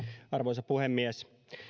arvoisa puhemies